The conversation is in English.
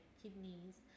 kidneys